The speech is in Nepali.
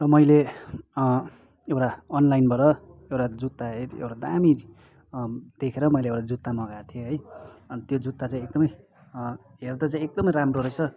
मैले एउटा अनलाइनबाट एउटा जुत्ता हे एउटा दामी देखेर मैले एउटा जुत्ता मगाएको थिएँ है अनि त्यो जुत्ता चाहिँ एकदमै हेर्दा चाहिँ एकदमै राम्रो रहेछ